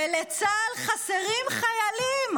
ולצה"ל חסרים חיילים,